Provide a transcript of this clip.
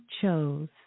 chose